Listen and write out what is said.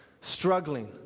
struggling